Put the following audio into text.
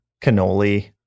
cannoli